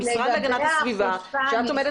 אנחנו מדברים עכשיו על המשרד להגנת הסביבה ואת עומדת